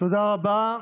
תודה רבה.